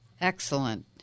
Excellent